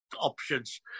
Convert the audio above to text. options